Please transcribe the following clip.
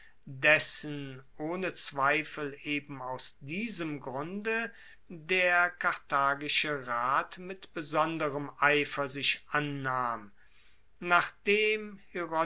dessen ohne zweifel eben aus diesem grunde der karthagische rat mit besonderem eifer sich annahm nachdem